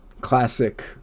classic